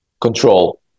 control